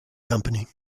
company